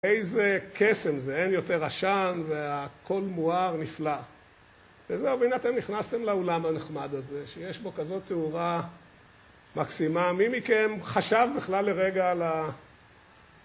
איזה קסם זה, אין יותר עשן, והכל מואר, נפלא. וזהו, והנה אתם נכנסתם לאולם הנחמד הזה, שיש בו כזאת תאורה מקסימה. מי מכם חשב בכלל לרגע על ה...